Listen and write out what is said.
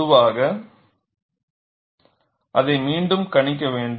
பொதுவாக அதை மீண்டும் கணிக்க வேண்டும்